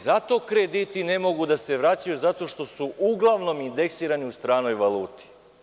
Zato krediti ne mogu da se vraćaju, zato što su uglavnom indeksirani u stranoj valuti.